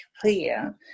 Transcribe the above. clear